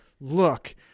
Look